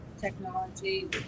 technology